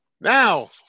Now